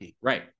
Right